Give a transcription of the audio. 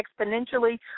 Exponentially